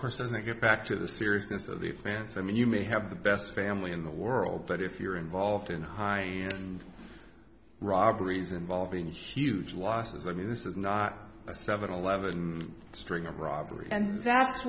course as i get back to the seriousness of the fans i mean you may have the best family in the world but if you're involved in high robberies involving huge losses i mean this is not a seven eleven string of robbery and that's